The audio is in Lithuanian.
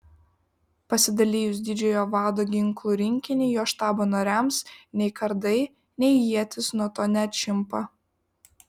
pasidalijus didžiojo vado ginklų rinkinį jo štabo nariams nei kardai nei ietys nuo to neatšimpa